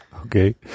Okay